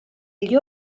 gli